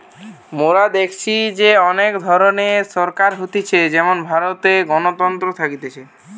মোরা দেখেছি যে অনেক ধরণের সরকার হতিছে যেমন ভারতে গণতন্ত্র থাকতিছে